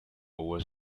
was